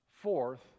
Fourth